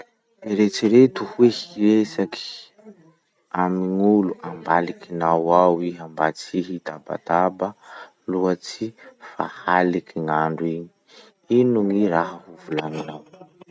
Eritsereto hoe hiresaky amy gn'olo ambalikinao ao iha mba tsy hitabataba loatsy fa haliky gn'andro igny. Ino gny raha hovolagninao?